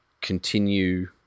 continue